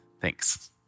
Thanks